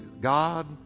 God